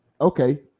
okay